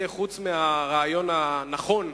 חוץ מהרעיון הנכון,